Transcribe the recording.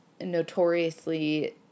notoriously